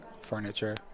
furniture